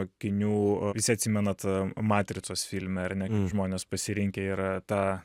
akinių visi atsimenat matricos filme ar ne žmonės pasirinkę yra tą